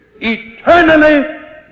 eternally